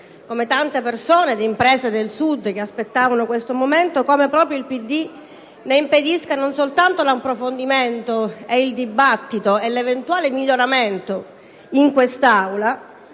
come tante persone ed imprese del Sud che aspettavano questo momento, di come proprio il PD ne impedisca non soltanto l'approfondimento, il dibattito e l'eventuale miglioramento in quest'Aula,